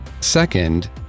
Second